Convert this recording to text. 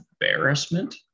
embarrassment